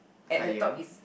higher